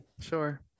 Sure